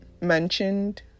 mentioned